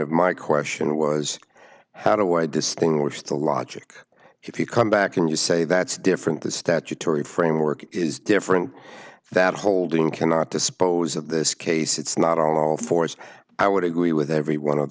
of my question was how do i distinguish the logic if you come back and you say that's different the statutory framework is different that holding cannot dispose of this case it's not all force i would agree with every one of